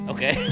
Okay